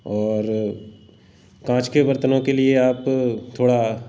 और काँच के बर्तनों के लिए आप थोड़ा